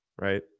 right